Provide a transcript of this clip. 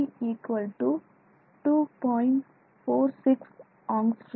46 angstrom